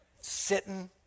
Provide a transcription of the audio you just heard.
Sitting